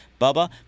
Bubba